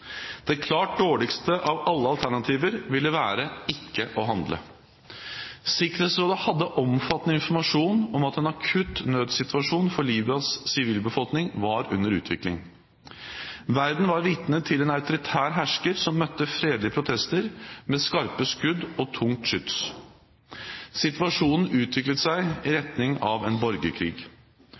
Det klart dårligste av alle alternativer ville være ikke å handle. Sikkerhetsrådet hadde omfattende informasjon om at en akutt nødssituasjon for Libyas sivilbefolkning var under utvikling. Verden var vitne til en autoritær hersker som møtte fredelige protester med skarpe skudd og tungt skyts. Situasjonen utviklet seg i retning av en borgerkrig.